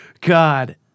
God